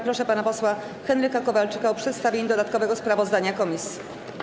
Proszę pana posła Henryka Kowalczyka o przedstawienie dodatkowego sprawozdania komisji.